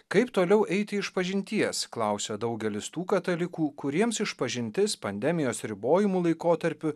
kaip toliau eiti išpažinties klausė daugelis tų katalikų kuriems išpažintis pandemijos ribojimų laikotarpiu